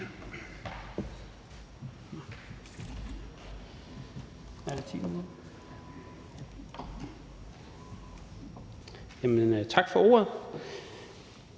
Tak for ordet.